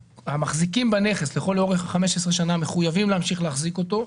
המחזיקים בנכס לכל אורך 15 השנים מחויבים להמשיך להחזיק אותו,